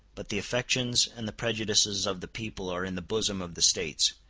but the affections and the prejudices of the people are in the bosom of the states.